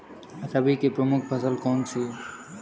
रबी की प्रमुख फसल कौन सी है?